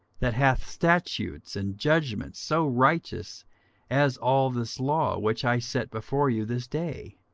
that hath statutes and judgments so righteous as all this law, which i set before you this day?